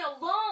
alone